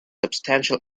substantial